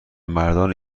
مردان